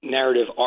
narrative